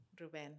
Ruben